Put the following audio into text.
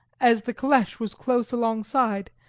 as the caleche was close alongside,